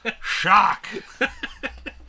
Shock